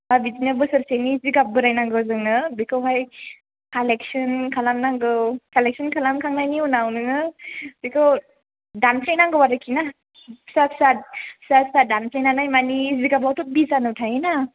बा बिदिनो बोसोरसेनि जिगाब बोराय नांगौ जोंनो बेखौहाय कालेक्सन खालामनांगौ कालेक्सन खालामखांनायनि उनाव नोङो बेखौ दानफ्लेनांगौ आरोखिना फिसा फिसा फिसा फिसा दानफ्लेनानै माने जिगाबावथ' बिजानु थायोना